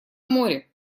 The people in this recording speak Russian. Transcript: море